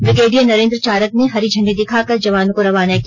brigadier Narendra Charag ने हरी झंडी दिखाकर जवानों को रवाना किया